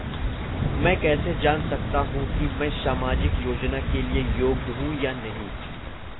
मैं कैसे जान सकता हूँ कि मैं सामाजिक योजना के लिए योग्य हूँ या नहीं?